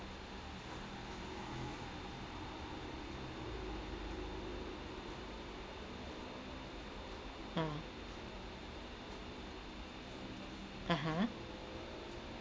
ah (uh huh)